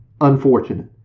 Unfortunate